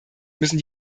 müssen